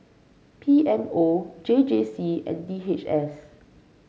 P M O J J C and D H S